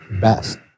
best